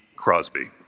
crosby